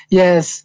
yes